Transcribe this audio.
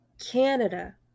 canada